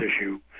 issue